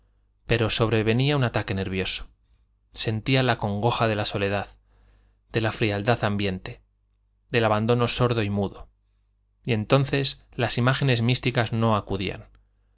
pero sobrevenía un ataque nervioso sentía la congoja de la soledad de la frialdad ambiente del abandono sordo y mudo y entonces las imágenes místicas no